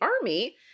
Army